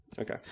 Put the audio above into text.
Okay